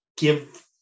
give